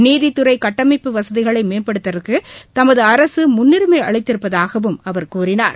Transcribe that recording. நீதித்துறைகட்டமைப்பு வசதிகளைமேம்படுத்தவதற்குதமதுஅரசுமுன்னுரிமைஅளித்திருப்பதாகவும் அவர் கூறினார்